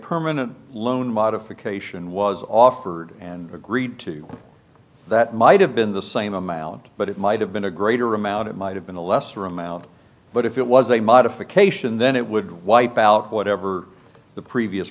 permanent loan modification was offered and agreed to that might have been the same amount but it might have been a greater amount it might have been a lesser amount but if it was a modification then it would wipe out whatever the previous